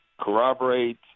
corroborate